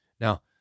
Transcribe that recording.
Now